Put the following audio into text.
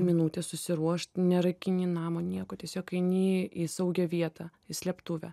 minutė susiruošt nerakini namo nieko tiesiog eini į saugią vietą į slėptuvę